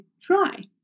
try